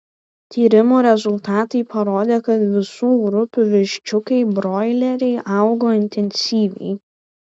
tyrimų rezultatai parodė kad visų grupių viščiukai broileriai augo intensyviai